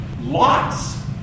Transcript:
lots